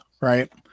right